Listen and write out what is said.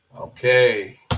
Okay